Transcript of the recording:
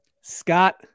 Scott